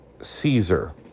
Caesar